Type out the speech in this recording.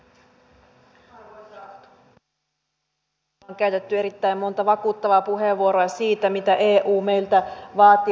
täällä on käytetty erittäin monta vakuuttavaa puheenvuoroa siitä mitä eu meiltä vaatii